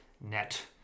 net